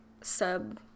sub